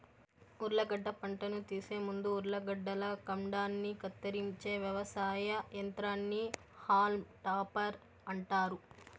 ఉర్లగడ్డ పంటను తీసే ముందు ఉర్లగడ్డల కాండాన్ని కత్తిరించే వ్యవసాయ యంత్రాన్ని హాల్మ్ టాపర్ అంటారు